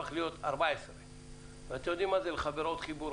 הפך להיות 14. אתם יודעים מה זה לחבר עוד חיבור,